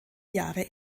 jahre